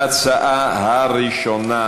התשע"ו 2016,